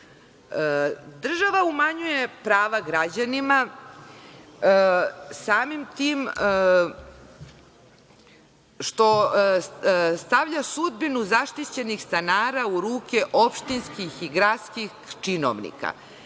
umanjuje prava građanima samim tim što stavlja sudbinu zaštićenih stanara u ruke opštinskih i gradskih činovnika,